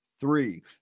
three